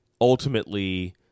Ultimately